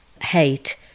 hate